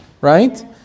right